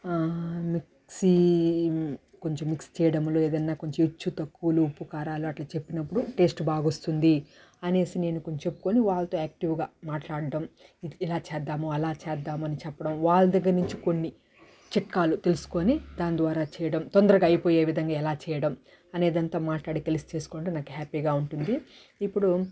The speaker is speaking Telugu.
మిక్సీ కొంచెం మిక్స్ చేయడంలో ఏదైనా కొంచెం హెచ్చు తక్కువలు ఉప్పు కారాలు అలా చెప్పినప్పుడు టేస్ట్ బాగా వస్తుంది అనేసి నేను చెప్పుకొని వాళ్ళతో యాక్టివ్గా మాట్లాడటం ఇలా చేద్దాము అలా చేద్దాము అని చెప్పడం వాళ్ళ దగ్గర నుంచి కొన్ని చిట్కాలు తెలుసుకొని దాని ద్వారా చేయడం తొందరగా అయిపోయే విధంగా ఎలా చేయడం అనేది అంతా మాట్లాడి కలిసి చేసుకుంటూ నాకు హ్యాపీగా ఉంటుంది ఇప్పుడు